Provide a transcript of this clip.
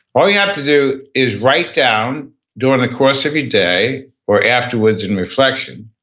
all you have to do is write down during the course of your day or afterwards in reflection,